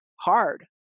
hard